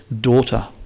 daughter